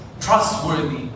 trustworthy